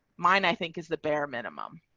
mine, i think, is the bare minimum.